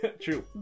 True